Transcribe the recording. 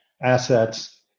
assets